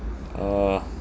uh